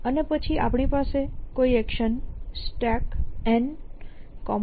અને પછી આપણી પાસે કોઈ એક્શન StackN